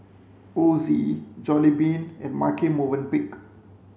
Ozi Jollibean and Marche Movenpick